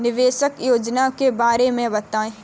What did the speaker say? निवेश योजनाओं के बारे में बताएँ?